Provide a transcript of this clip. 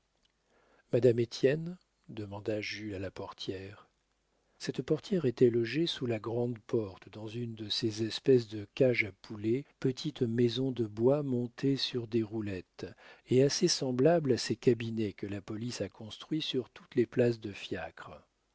demanda jules à la portière cette portière était logée sous la grande porte dans une de ces espèces de cages à poulets petite maison de bois montée sur des roulettes et assez semblable à ces cabinets que la police a construits sur toutes les places de fiacres